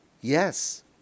yes